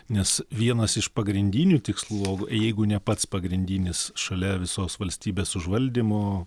nes vienas iš pagrindinių tikslų o jeigu ne pats pagrindinis šalia visos valstybės užvaldymo